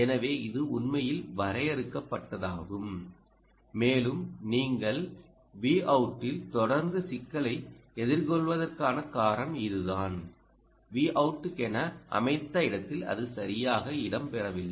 எனவே இது உண்மையில் வரையறுக்கப்பட்டதாகும் மேலும் நீங்கள் Voutல் தொடர்ந்து சிக்கல்களை எதிர்கொள்வதற்கான காரணம் இதுதான் Vout க்கென அமைத்த இடத்தில் அது சரியாக இடம் பெறவில்லை